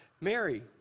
Mary